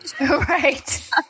Right